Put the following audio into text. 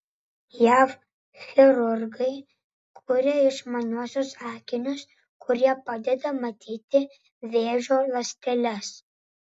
jav chirurgai kuria išmaniuosius akinius kurie padeda matyti vėžio ląsteles